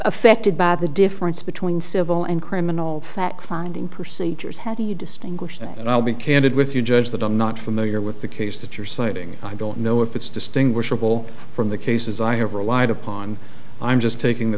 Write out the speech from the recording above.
affected by the difference between civil and criminal fact finding procedures how do you distinguish that and i'll be candid with you judge that i'm not familiar with the case that you're citing i don't know if it's distinguishable from the cases i have relied upon i'm just taking the